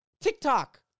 TikTok